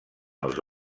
els